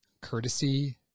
courtesy